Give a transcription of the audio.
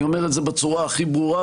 אני אומר את זה בצורה הכי ברורה,